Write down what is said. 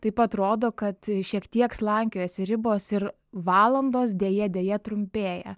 taip pat rodo kad šiek tiek slankiojasi ribos ir valandos deja deja trumpėja